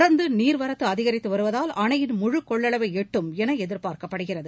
தொடர்ந்து நீர் வரத்து அதிகரித்து வருவதால் அணையின் முழுக் கொள்ளவை எட்டும் என எதிர்பார்க்கப்படுகிறது